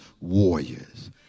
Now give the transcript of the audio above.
warriors